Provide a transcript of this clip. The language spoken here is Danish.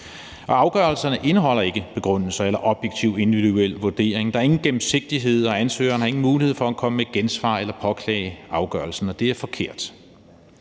afgørelserne indeholder ikke begrundelser eller en objektiv individuel vurdering, der er ingen gennemsigtighed, og ansøgeren har ingen mulighed for at komme med gensvar eller påklage afgørelsen, og det er forkert.